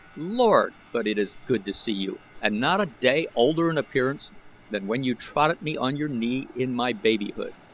lord! but it is good to see you and not a day older in appearance than when you trotted me on your knee in my babyhood.